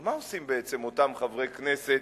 אבל מה עושים בעצם אותם חברי כנסת